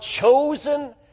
chosen